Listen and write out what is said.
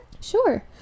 sure